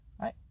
right